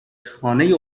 خانه